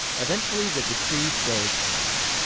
eventually the decree day comes.